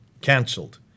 cancelled